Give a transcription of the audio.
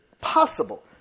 possible